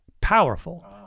powerful